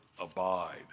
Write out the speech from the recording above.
abide